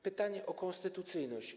Pytanie o konstytucyjność.